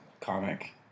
comic